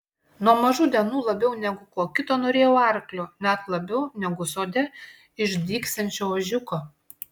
nuo mažų dienų labiau negu ko kito norėjau arklio net labiau negu sode išdygsiančio ožiuko